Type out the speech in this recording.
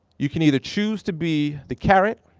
you can either choose to be the carrot,